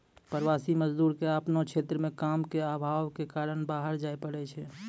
प्रवासी मजदूर क आपनो क्षेत्र म काम के आभाव कॅ कारन बाहर जाय पड़ै छै